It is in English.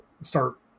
start